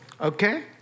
Okay